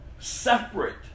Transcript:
Separate